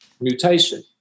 mutation